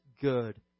good